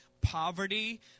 poverty